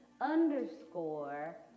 underscore